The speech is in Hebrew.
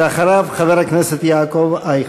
ואחריו, חבר הכנסת יעקב אייכלר,